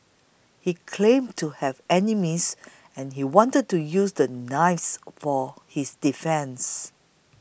he claimed to have enemies and he wanted to use the knives for his defence